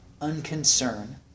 unconcern